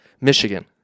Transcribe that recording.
Michigan